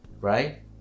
right